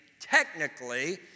technically